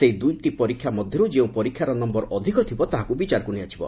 ସେହି ଦୁଇ ପରୀକ୍ଷା ମଧ୍ଘରୁ ଯେଉଁ ପରୀକ୍ଷାର ନମ୍ଘର ଅଧିକ ଥିବ ତାହାକୁ ବିଚାରକୁ ନିଆଯିବ